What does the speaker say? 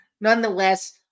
nonetheless